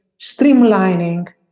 streamlining